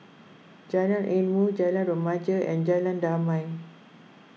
Jalan Ilmu Jalan Remaja and Jalan Damai